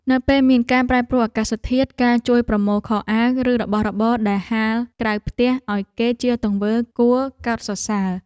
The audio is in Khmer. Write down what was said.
នៅពេលមានការប្រែប្រួលអាកាសធាតុ ការជួយប្រមូលខោអាវឬរបស់របរដែលហាលក្រៅផ្ទះឱ្យគេជាទង្វើគួរកោតសរសើរ។